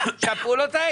פעולות.